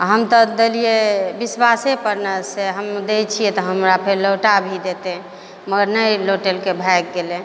आ हम तऽ देलियै विश्वासेपर ने से हम दै छियै तऽ हमरा फेर लौटा भी देतै मगर नहि लौटेलकै भागि गेलै